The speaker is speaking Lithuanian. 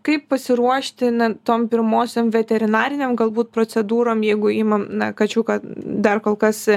kaip pasiruošti na tom pirmosiom veterinarinėm galbūt procedūrom jeigu imam na kačiuką dar kol kas